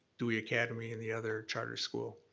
dewey academy and the other charter school.